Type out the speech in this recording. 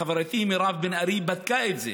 חברתי מירב בן ארי בדקה את זה